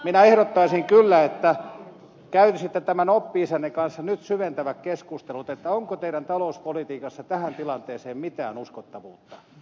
minä ehdottaisin kyllä että kävisitte tämän oppi isänne kanssa nyt syventävät keskustelut siitä onko teidän talouspolitiikassanne tässä tilanteessa mitään uskottavuutta